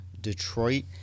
Detroit